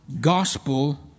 gospel